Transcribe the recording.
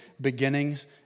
beginnings